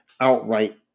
outright